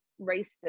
racism